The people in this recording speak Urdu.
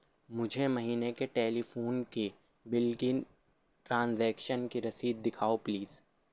مجھے مہینے کے ٹیلی فون کے بل کی ٹرانزیکشن کی رسید دکھاؤ پلیز